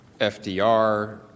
FDR